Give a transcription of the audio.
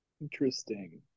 Interesting